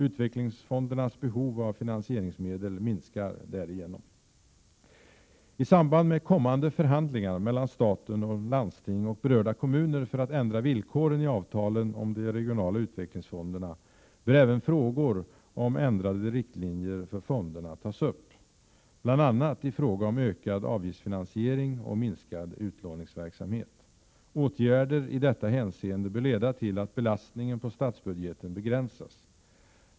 Utvecklingsfondernas behov av finansieringsmedel minskar därigenom. I samband med kommande förhandlingar mellan staten och landsting och berörda kommuner för att ändra villkoren i avtalen om de regionala utvecklingsfonderna bör även frågor om ändrade riktlinjer för fonderna tas upp, bl.a. i fråga om ökad avgiftsfinansiering och minskad utlåningsverksamhet. Åtgärder i detta hänseende bör leda till att belastningen på statsbudgeten begränsas.